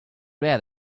rare